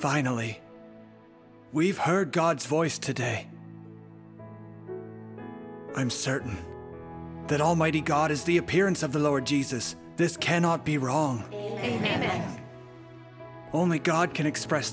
finally we've heard god's voice today i'm certain that almighty god is the appearance of the lord jesus this cannot be wrong amen and only god can express